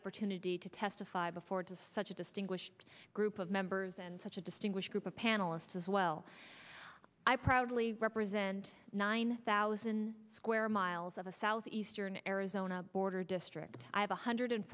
opportunity to testify before to such a distinguished group of members and such a distinguished group of panelists as well i proudly represent nine thousand square miles of a southeastern arizona border district i have one hundred